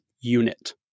unit